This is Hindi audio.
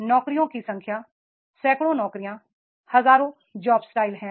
नौकरियों की संख्या सैकड़ों नौकरियां हजारों जॉब स्टाइल हैं